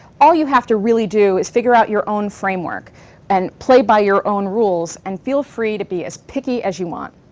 all you have to really do is figure out your own framework and play by your own rules, and feel free to be as picky as you want.